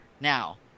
Now